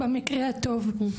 במקרה הטוב,